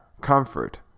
comfort